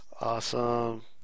Awesome